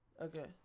Okay